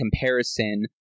comparison